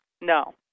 No